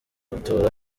matora